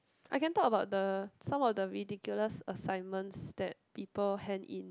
I can talk about the some of the ridiculous assignments that people hand in